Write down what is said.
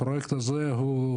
הפרויקט הזה הוא,